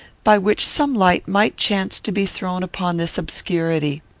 by which some light might chance to be thrown upon this obscurity.